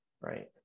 right